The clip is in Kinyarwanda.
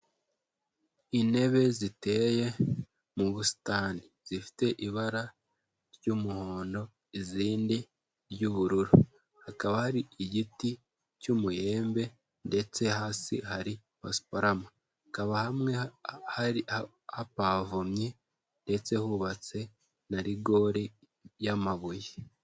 Intebe ziteye mu busitani. Zifite ibara ry'umuhondo, izindi ry'ubururu. Hakaba hari igiti cy'umuyembe ndetse hasi hari basuparama. Hakaba hamwe hapavomye ndetse hubatse na rigore y'amabuye.